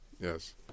yes